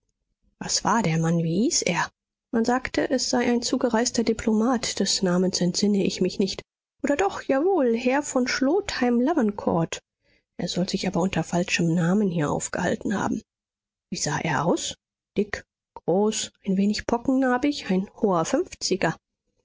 was war der mann wie hieß er man sagte es sei ein zugereister diplomat des namens entsinne ich mich nicht oder doch jawohl herr von schlotheim lavancourt er soll sich aber unter falschem namen hier aufgehalten haben wie sah er aus dick groß ein wenig pockennarbig ein hoher